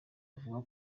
avuga